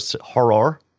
horror